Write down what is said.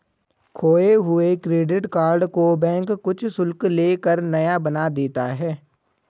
खोये हुए credit card को बैंक कुछ शुल्क ले कर नया बना देता है